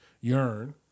yearn